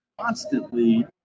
constantly